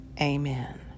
Amen